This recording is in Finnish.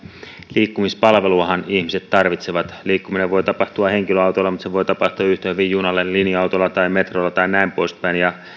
liikkumispalveluahan ihmiset tarvitsevat liikkuminen voi tapahtua henkilöautolla mutta se voi tapahtua yhtä hyvin junalla linja autolla tai metrolla tai näin poispäin ja